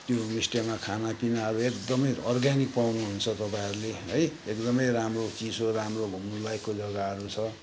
त्यो होमस्टेमा खानापिनाहरू एकदमै अर्ग्यानिक पाउनुहुन्छ तपाईँहरूले है एकदमै राम्रो चिसो राम्रो घुम्नुलायकको जग्गाहरू छ